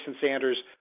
Sanders